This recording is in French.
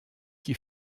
qui